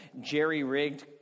jerry-rigged